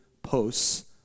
posts